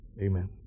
Amen